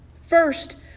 First